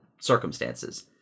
circumstances